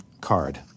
card